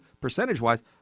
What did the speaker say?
percentage-wise